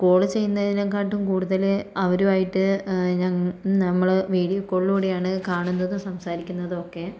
call ചെയ്യുന്നതിനെ കാട്ടിൽ കൂടുതല് അവര് വൈകിട്ട് നം നമ്മള് വീഡിയോ കോളിലൂടെയാണ് കാണുന്നതും സംസാരിക്കുന്നതും ഒക്കെ